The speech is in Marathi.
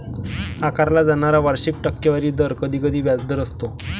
आकारला जाणारा वार्षिक टक्केवारी दर कधीकधी व्याजदर असतो